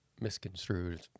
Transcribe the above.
misconstrued